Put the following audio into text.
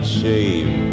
shame